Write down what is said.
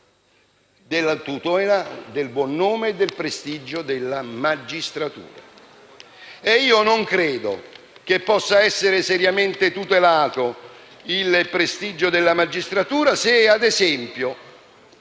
del buon nome e del prestigio della magistratura. Io non credo che possa essere seriamente tutelato il prestigio della magistratura se il